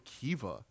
Kiva